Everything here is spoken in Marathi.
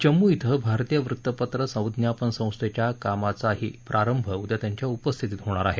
जम्मू कें भारतीय वृत्तपत्र संज्ञापन संस्थेच्या बांधकामाचाही प्रारंभ उद्या त्यांच्या उपस्थितीत होणार आहे